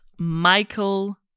Michael